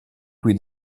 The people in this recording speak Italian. cui